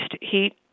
heat